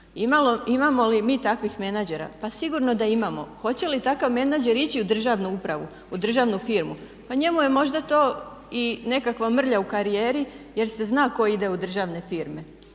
Imamo li mi takvih menadžera? Pa sigurno da imamo. Hoće li takav menadžer ići u državnu upravu, u državnu firmu? Pa njemu je možda to i nekakva mrlja u karijeri jer se zna tko ide u državne firme.